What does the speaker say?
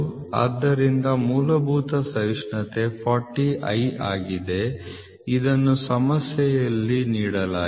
ಆದ್ದರಿಂದ ಮೂಲಭೂತ ಸಹಿಷ್ಣುತೆ 40 i ಆಗಿದೆ ಇದನ್ನು ಸಮಸ್ಯೆಯಲ್ಲಿ ನೀಡಲಾಗಿದೆ